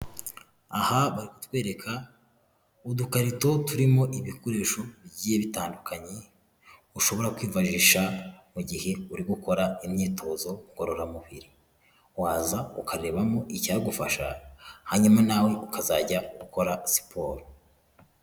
Aha kutwereka udukarito turimo ibikoresho bigiye bitandukanye ushobora kwifashisha mu gihe uri gukora imyitozo ngororamubiri waza ukarebamo icyagufasha hanyuma nawe ukazajya ukora siporo.